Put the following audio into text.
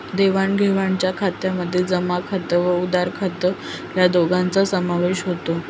देण्याघेण्याच्या खात्यामध्ये जमा खात व उधार खात या दोघांचा समावेश होतो